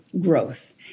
growth